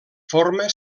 forma